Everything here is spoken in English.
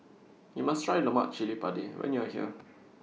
YOU must Try Lemak Cili Padi when YOU Are here